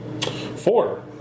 Four